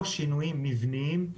ללא שינויים מבניים,